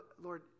Lord